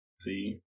See